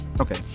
Okay